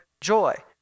joy